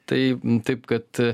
tai taip kad